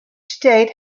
state